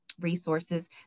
resources